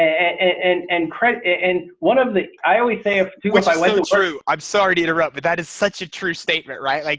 and and and credit. and one of the i always say to once i went and through. i'm sorry to interrupt but that is such a true statement right. like